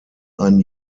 ein